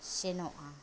ᱥᱮᱱᱚᱜᱼᱟ